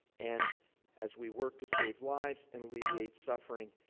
and as we work to save lives and alleviate suffering,